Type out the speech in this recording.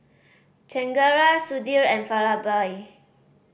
Chengara Sudhir and Vallabhbhai